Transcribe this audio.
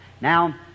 Now